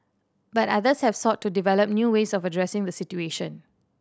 but others have sought to develop new ways of addressing the situation